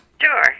Sure